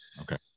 Okay